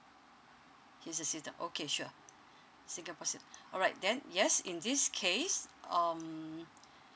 he's a citizen okay sure singapore citizen all right then yes in this case um